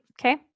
Okay